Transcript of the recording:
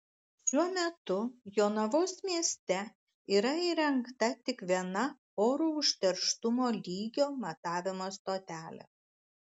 šiuo metu jonavos mieste yra įrengta tik viena oro užterštumo lygio matavimo stotelė